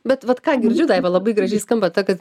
bet vat ką girdžiu daiva labai gražiai skamba ta kad